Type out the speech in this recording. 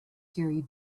gary